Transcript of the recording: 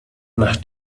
nach